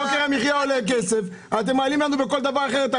יוקר המחייה עולה כסף, אתם מעלים לנו בכל דבר אחר.